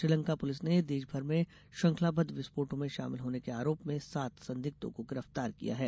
Sri Lanka police ने देशभर में श्रृंखलाबद्ध विस्फोटों में शामिल होने के आरोप में सात संदिग्धों को गिरफ्तार किया है